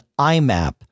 IMAP